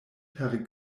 per